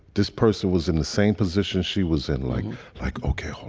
this person was in the same position she was in. like like, okay.